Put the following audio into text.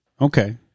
Okay